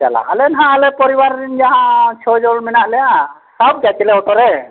ᱪᱟᱞᱟᱜ ᱟᱞᱮ ᱦᱟᱸᱜ ᱟᱞᱮ ᱯᱚᱨᱤᱵᱟᱨ ᱡᱟᱦᱟᱸ ᱪᱷᱚ ᱡᱚᱱ ᱢᱮᱱᱟᱜ ᱞᱮᱭᱟ ᱥᱟᱦᱚᱵ ᱜᱮᱭᱟ ᱪᱮᱞᱮ ᱚᱴᱳ ᱨᱮ